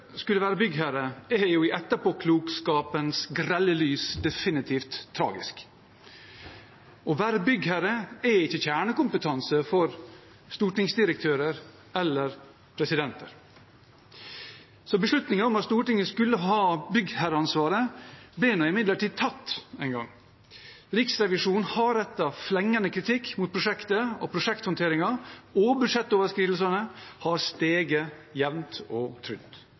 skulle være byggherre, er i etterpåklokskapens grelle lys definitivt tragisk. Å være byggherre er ikke kjernekompetanse for stortingsdirektører eller presidenter, men beslutningen om at Stortinget skulle ha byggherreansvaret, ble nå tatt en gang. Riksrevisjonen har rettet flengende kritikk mot prosjektet og prosjekthåndteringen, og budsjettoverskridelsene har steget jevnt og